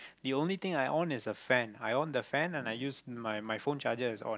the only thing I on is the fan I on the fan and I use my my phone charger is on